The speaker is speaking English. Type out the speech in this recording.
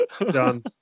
Done